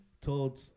told